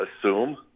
assume